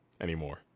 anymore